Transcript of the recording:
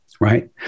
Right